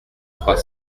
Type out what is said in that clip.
trois